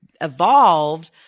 evolved